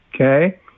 Okay